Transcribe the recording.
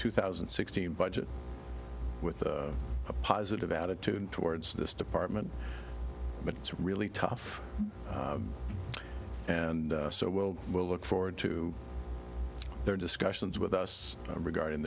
two thousand and sixteen budget with a positive attitude towards this department but it's really tough and so we'll we'll look forward to their discussions with us regarding